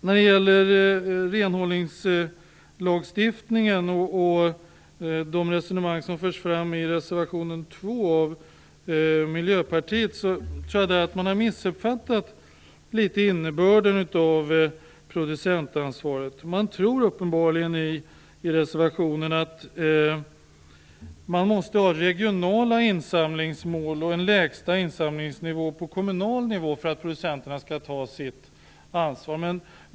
När det gäller renhållningslagstiftningen och de resonemang som förs fram i reservation 2 av Miljöpartiet tror jag att man litet grand har missuppfattat innebörden av producentansvaret. Man tror uppenbarligen i reservationen att det måste finnas regionala insamlingsmål och en lägsta insamlingsnivå på kommunal nivå för att producenterna skall ta sitt ansvar. Herr talman!